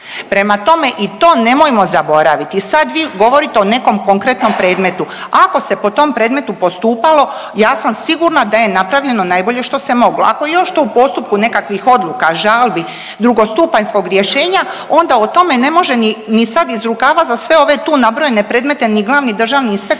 Prema tome i to nemojmo zaboraviti i sad vi govorite o nekom konkretnom predmetu, ako se po tom predmetu postupalo ja sam sigurna da je napravljeno najbolje što se moglo, ako je još to u postupku nekakvih odluka, žalbi, drugostupanjskog rješenja onda o tome ne može ni, ni sad iz rukava za sve ove tu nabrojene predmete ni glavni državni inspektor